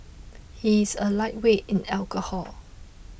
he is a lightweight in alcohol